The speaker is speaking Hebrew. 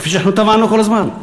כפי שאנחנו תבענו כל הזמן,